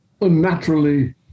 unnaturally